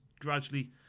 gradually